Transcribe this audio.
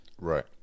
Right